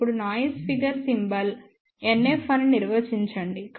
ఇప్పుడు noise figure symbol NF అని నిర్వచించండి